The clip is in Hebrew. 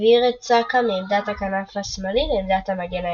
העביר את סאקה מעמדת הכנף השמאלי לעמדת המגן השמאלי.